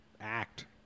act